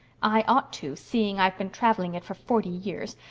i ought to, seeing i've been traveling it for forty years.